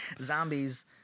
zombies